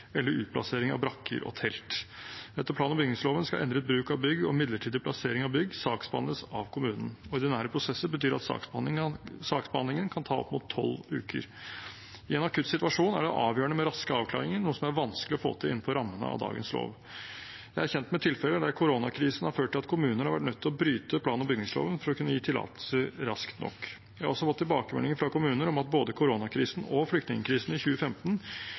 eller gjennom utplassering av brakker og telt. Etter plan- og bygningsloven skal endret bruk av bygg og midlertidig plassering av bygg saksbehandles av kommunen. Ordinære prosesser betyr at saksbehandlingen kan ta opp mot tolv uker. I en akuttsituasjon er det avgjørende med raske avklaringer, noe som er vanskelig å få til innenfor rammene av dagens lov. Jeg er kjent med tilfeller der koronakrisen har ført til at kommuner har vært nødt til å bryte plan- og bygningsloven for å kunne gi tillatelser raskt nok. Jeg har også fått tilbakemeldinger fra kommuner om at både koronakrisen og flyktningkrisen i 2015